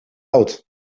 oud